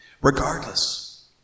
Regardless